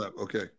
Okay